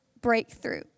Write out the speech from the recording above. Breakthrough